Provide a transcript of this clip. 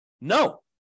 No